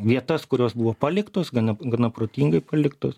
vietas kurios buvo paliktos gana gana protingai paliktos